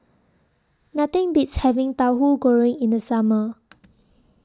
Nothing Beats having Tauhu Goreng in The Summer